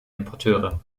importeure